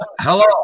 hello